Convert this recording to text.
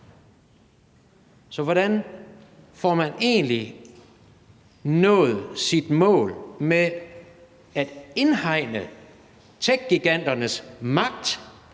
Så hvordan får man egentlig nået sit mål med at indhegne techgiganternes magt